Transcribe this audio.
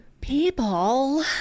people